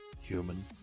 human